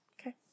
okay